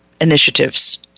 initiatives